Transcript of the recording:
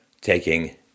taking